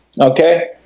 okay